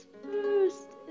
first